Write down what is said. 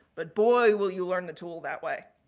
but, boy will you learn the tool that way.